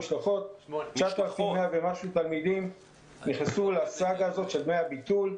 כ-9,100 תלמידים נכנסו לסאגה הזאת של דמי הביטול,